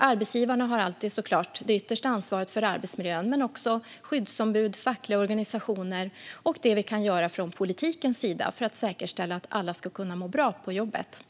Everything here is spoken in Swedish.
Arbetsgivaren har såklart alltid det yttersta ansvaret för arbetsmiljön, men också skyddsombud, fackliga organisationer och vi från politikens sida kan bidra till att säkerställa att alla ska må bra på jobbet.